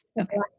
Okay